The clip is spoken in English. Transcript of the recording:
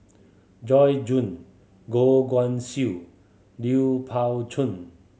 Joyce Jue Goh Guan Siew Lui Pao Chuen